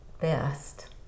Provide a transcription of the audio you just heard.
best